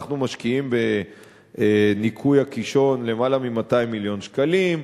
אנחנו משקיעים בניקוי הקישון למעלה מ-200 מיליון שקלים,